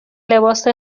لباس